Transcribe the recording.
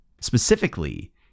Specifically